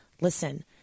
listen